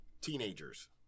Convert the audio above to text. teenagers